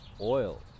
oil